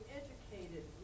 educated